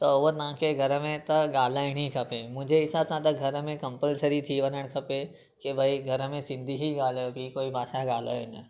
त उहा तव्हां खे घर में त ॻाल्हाइणी खपे मुंहिंजे हिसाब सां त घर में कंपल्सरी थी वञणु खपे की भाई घर में सिंधी ई ॻाल्हाइबी कोई भाषा ॻाल्हायो ई न